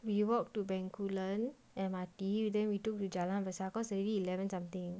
we walk to bencoolen M_R_T then we took to jalan besar cause already eleven something